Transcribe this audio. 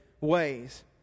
ways